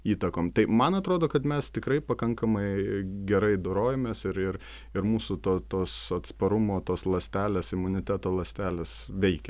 įtakom tai man atrodo kad mes tikrai pakankamai gerai dorojamės ir ir ir mūsų to tos atsparumo tos ląstelės imuniteto ląstelės veikia